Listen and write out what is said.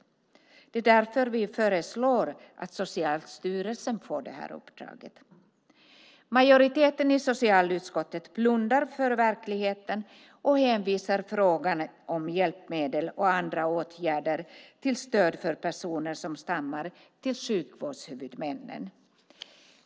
Det är därför vi föreslår att Socialstyrelsen får detta uppdrag. Majoriteten i socialutskottet blundar för verkligheten och hänvisar frågan om hjälpmedel och andra åtgärder till stöd för personer som stammar till sjukvårdshuvudmännen.